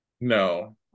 No